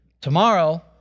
tomorrow